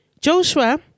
Joshua